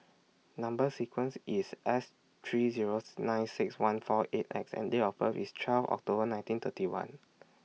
Number sequence IS S three Zero nine six one four eight X and Date of birth IS twelve October nineteen thirty one